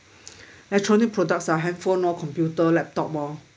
electronic products are handphone lor computer laptop orh